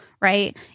right